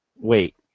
wait